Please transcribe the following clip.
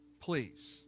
Please